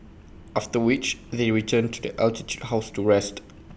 after which they return to the altitude house to rest